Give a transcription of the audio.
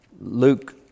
Luke